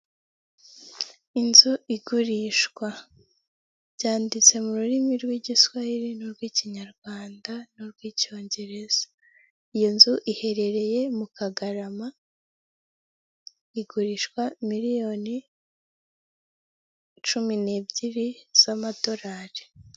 Inzu igurishwa byanditse mu rurimi rw'igiswahili n'urw'ikinyarwanda nurw'icyongereza iyo nzu iherereye mu kagarama igurishwa miliyoni cumi n'ebyiri z'amadolari .